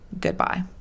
Goodbye